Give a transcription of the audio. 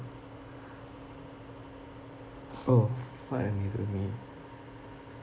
oh what amazes me